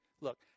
Look